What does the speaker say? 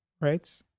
right